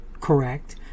correct